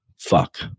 fuck